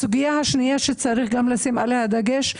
הסוגיה השנייה שצריך גם לשים אליה דגש,